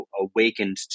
awakened